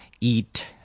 eat